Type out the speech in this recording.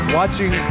watching